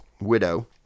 widow